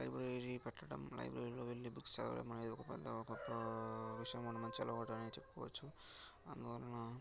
library పెట్టటం లైబ్రరీలో వెళ్లి బుక్స్ చదవడం అనేది ఒక పెద్ద ఒక విషయమని మంచి అలవాటనే చెప్పుకోవచ్చు అందువలన